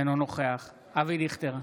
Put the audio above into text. אינו נוכח אבי דיכטר,